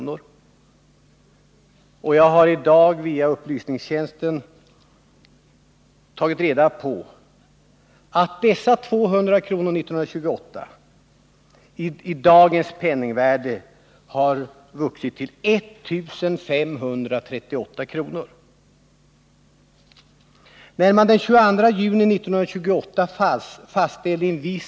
Jag har i dag via riksdagens upplysningstjänst tagit reda på att detta belopp i dagens penningvärde har vuxit till I 538 kr. När man den 22 juni 1928 123 fastställde 200 kr.